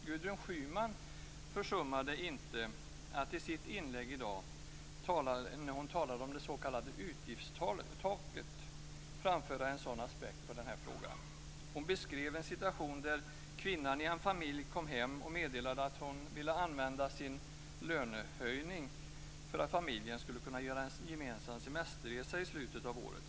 Gudrun Schyman försummade inte att i sitt inlägg i dag, när hon talade om det s.k. utgiftstaket, framföra en sådan aspekt på frågan. Hon beskrev en situation där kvinnan i en familj kom hem och meddelade att hon ville använda sin lönehöjning för att familjen skulle göra en gemensam semesterresa i slutet av året.